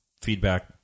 feedback